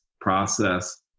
process